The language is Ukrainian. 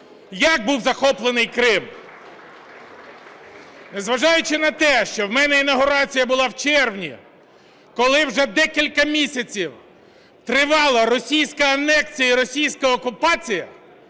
як був захоплений Крим. Незважаючи на те, що у мене інавгурація була в червні, коли вже декілька місяців тривала російська анексія і російська окупація,